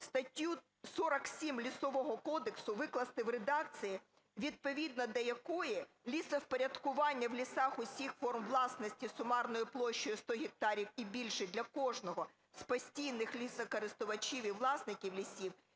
статтю 47 Лісового кодексу викласти в редакції, відповідно до якої лісовпорядкування в лісах усіх форм власності сумарною площею 100 гектарів і більше, для кожного з постійних лісокористувачів і власників лісів